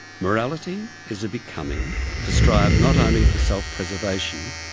morality is a becoming to strive not only for self-preservation,